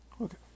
Okay